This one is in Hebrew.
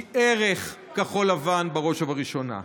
היא ערך כחול לבן בראש ובראשונה.